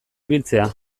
ibiltzea